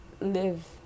live